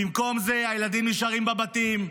במקום זה הילדים נשארים בבתים,